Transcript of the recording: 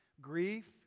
Grief